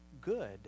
good